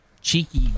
cheeky